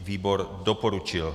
Výbor doporučil.